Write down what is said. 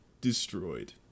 destroyed